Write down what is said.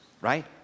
right